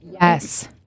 Yes